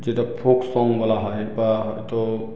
যেটা folk song বলা হয় বা তো